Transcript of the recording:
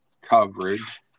coverage